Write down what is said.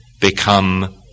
become